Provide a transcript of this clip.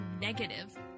negative